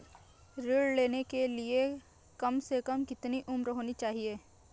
ऋण लेने के लिए कम से कम कितनी उम्र होनी चाहिए?